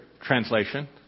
translation